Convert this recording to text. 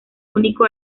único